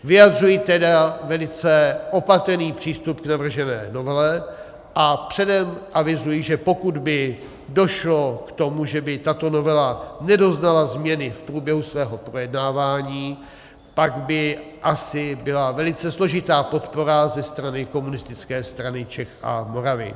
Vyjadřuji tedy velice opatrný přístup k navržené novele a předem avizuji, že pokud by došlo k tomu, že by tato novela nedoznala změny v průběhu svého projednávání, pak by asi byla velice složitá podpora ze strany Komunistické strany Čech a Moravy.